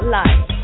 life